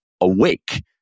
awake